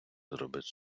зробить